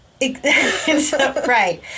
right